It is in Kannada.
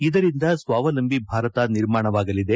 ಇದರಿಂದ ಸ್ವಾವಲಂಬಿ ಭಾರತ ನಿರ್ಮಾಣವಾಗಲಿದೆ